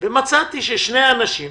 ומצאתי ששני אנשים